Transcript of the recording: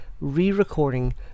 re-recording